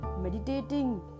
meditating